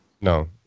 No